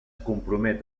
compromet